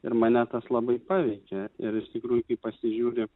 ir mane tas labai paveikė ir iš tikrųjų kai pasižiūri